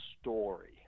story